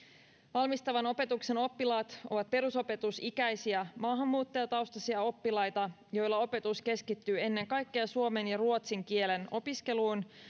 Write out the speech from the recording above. valmistavan opetuksen oppilaat ovat perusopetusikäisiä maahanmuuttajataustaisia oppilaita joilla opetus keskittyy ennen kaikkea suomen ja ruotsin kielen opiskeluun